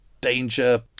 danger